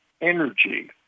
energy